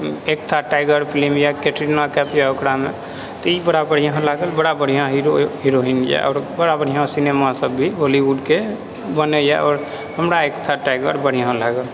एक था tiger film यऽ केटरिना कैफ यऽ ओकरामे तऽ ई बड़ा बढ़िआँ लागल बड़ा बढ़िआँ हीरो हिरोइन यऽ आओर बड़ा बढ़िआँ सिनेमा सभ भी बॉलीवुडके बनैए आओर हमरा एक था टाइगर बढ़िआँ लागल